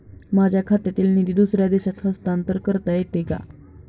माझ्या खात्यातील निधी दुसऱ्या देशात हस्तांतर करता येते का?